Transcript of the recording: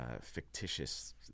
fictitious